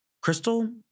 Crystal